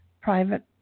private